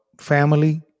family